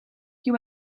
you